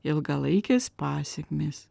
ilgalaikės pasekmės